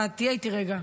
תהיה איתי רגע.